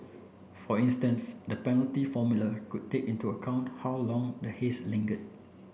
for instance the penalty formula could take into account how long the haze lingered